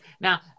Now